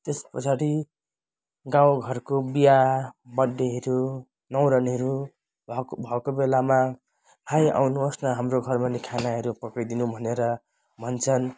त्यस पछाडि गाउँघरको बिहा बर्डडेहरू न्वारनहरू भएको भएको बेलामा भाइ आउनुहोस् न हाम्रो घरमा पनि खानाहरू पकाइदिनु भनेर भन्छन्